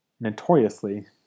notoriously